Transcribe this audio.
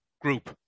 group